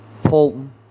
Fulton